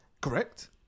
correct